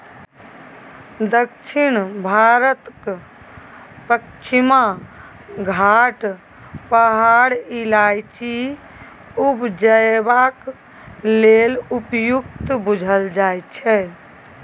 दक्षिण भारतक पछिमा घाट पहाड़ इलाइचीं उपजेबाक लेल उपयुक्त बुझल जाइ छै